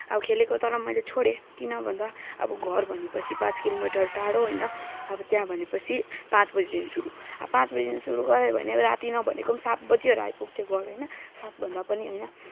अब खेलेको मैले छोडे्ँ किन भन्दा अब घर भनेपछि पाँच किलोमिटर टाढो होइन अब त्यहाँ भनेपछि पाँच बजीदेखिन सुरु अब पाँच बजीदेखिन गऱ्यो भने राति नभनेको पनि सात बजीहरू आइपुग्थ्यो घर होइन सातभन्दा पनि होइन